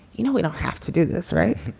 you know, we don't have to do this right.